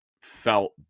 felt